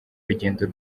rugendo